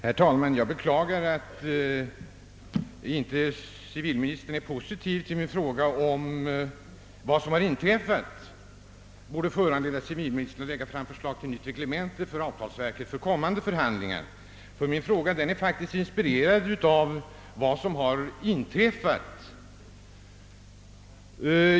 Herr talman! Jag beklagar att civilministern inte kan ge ett positivt svar på min fråga, om inte vad som har inträffat borde föranleda civilministern att framlägga förslag till nytt reglemente för avtalsverket för kommande förhandlingar. Min fråga är faktiskt inspirerad av vad som har inträffat.